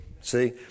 See